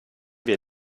wir